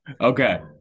Okay